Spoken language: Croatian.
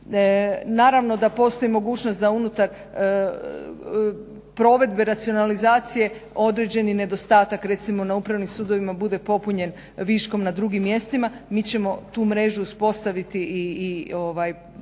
Naravno da postoji mogućnost da unutar provedbe racionalizacije određeni nedostatak recimo na upravnim sudovima bude popunjen viškom na drugim mjestima. Mi ćemo tu mrežu uspostaviti i posložiti